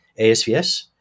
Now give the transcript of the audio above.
ASVS